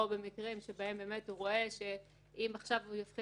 או במקרים שבהם הוא רואה שאם עכשיו הוא יפחית